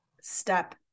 step